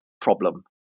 problem